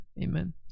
amen